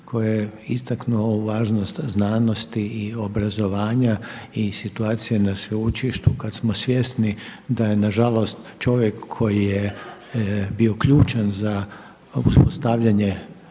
koji je istaknuo ovu važnost znanosti i obrazovanja i situacije na sveučilištu kada smo svjesni da je nažalost čovjek koji je bio ključan za uspostavljanje